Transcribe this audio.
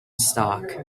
stock